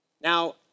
Now